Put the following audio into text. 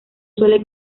suele